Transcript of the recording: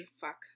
Fuck